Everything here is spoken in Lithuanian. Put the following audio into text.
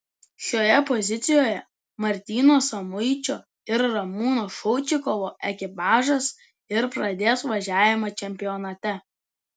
šioje pozicijoje martyno samuičio ir ramūno šaučikovo ekipažas ir pradės važiavimą čempionate